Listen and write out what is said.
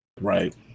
Right